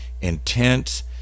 intense